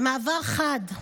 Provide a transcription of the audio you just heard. במעבר חד,